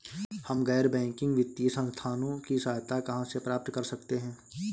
हम गैर बैंकिंग वित्तीय संस्थानों की सहायता कहाँ से प्राप्त कर सकते हैं?